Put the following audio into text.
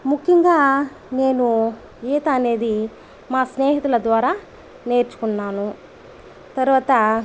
ముఖ్యంగా నేను ఈత అనేది మా స్నేహితుల ద్వారా నేర్చుకున్నాను తర్వాత